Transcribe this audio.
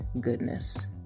goodness